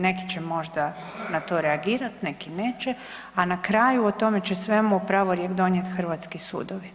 Neki će možda na to reagirati, neki neće, a na kraju o tome će svemu pravorijek donijeti hrvatski sudovi.